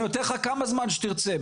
אני נותן לך כמה זמן שתרצה,